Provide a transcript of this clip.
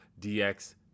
dx